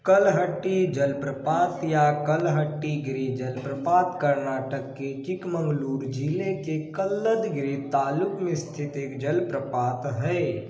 कलहट्टी जलप्रपात या कलहट्टीगिरी जलप्रपात कर्नाटक के चिकमगलूर ज़िले के कल्लदगिरी तालुक में स्थित एक जलप्रपात है